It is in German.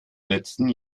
letzten